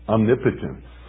Omnipotence